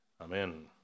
Amen